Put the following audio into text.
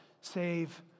save